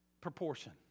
proportion